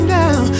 now